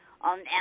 on